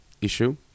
issue